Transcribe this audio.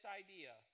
idea